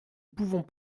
pouvons